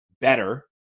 better